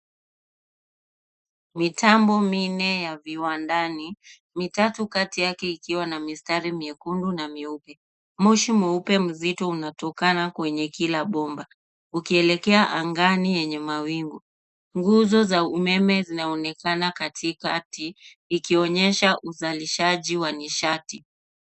Mitambo minne ya viwandani, mitatu kati yake ikiwa na mistari miekundu, na mieupe. Moshi mweupe mzito unatokana kwenye kila bomba, ukielekea angani yenye mawingu. Nguzo za umeme zinaonekana katikati, ikionyesha uzalishaji wa nishati.